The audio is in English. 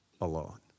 alone